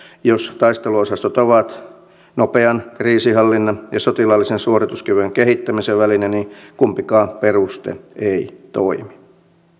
jos taisteluosastot ovat nopean kriisinhallinnan ja sotilaallisen suorituskyvyn kehittämisen väline niin kumpikaan peruste ei toimi